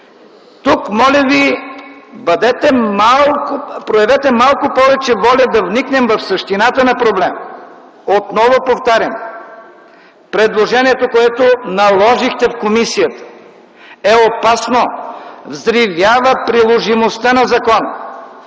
Моля ви, проявете тук малко повече воля, да вникнем в същината на проблема! Отново повтарям: предложението, което наложихте в комисията, е опасно – взривява приложимостта на закона.